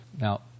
now